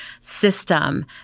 system